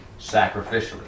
sacrificially